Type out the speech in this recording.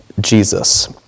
Jesus